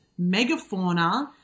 megafauna